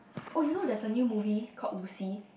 oh you know there's a new movie called Lucy